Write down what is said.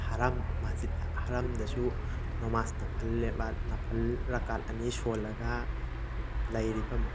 ꯍꯔꯝ ꯃꯥꯁꯖꯤꯠ ꯍꯔꯝꯗꯁꯨ ꯅꯃꯥꯖ ꯅꯐꯜ ꯂꯦꯞꯂꯥꯛ ꯅꯥꯐꯜ ꯂꯀꯥꯜ ꯑꯅꯤ ꯁꯣꯜꯂꯒ ꯂꯩꯔꯤꯕ